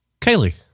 Kaylee